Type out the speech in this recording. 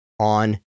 on